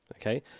okay